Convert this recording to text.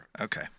Okay